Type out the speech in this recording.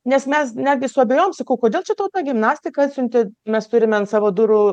nes mes netgi suabejojom sakau kodėl čia tau ta gimnastika atsiuntė mes turime ant savo durų